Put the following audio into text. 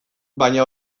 baina